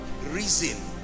reason